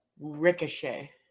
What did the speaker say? Ricochet